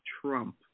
Trump